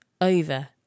over